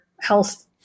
health